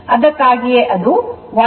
ಅದಕ್ಕಾಗಿಯೇ ಅದು 198